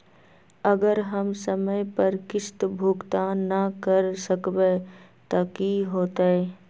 अगर हम समय पर किस्त भुकतान न कर सकवै त की होतै?